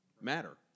matter